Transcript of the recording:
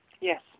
Yes